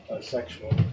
sexual